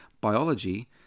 biology